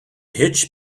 hitch